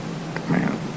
man